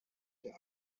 der